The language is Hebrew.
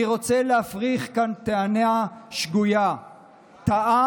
אני רוצה להפריך כאן טענה שגויה ומטעה